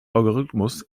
algorithmus